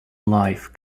life